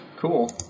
Cool